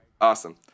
Awesome